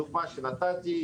בדוגמה שנתתי,